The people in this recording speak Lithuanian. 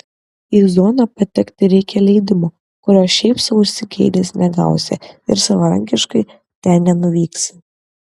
į zoną patekti reikia leidimo kurio šiaip sau užsigeidęs negausi ir savarankiškai ten nenuvyksi